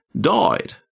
died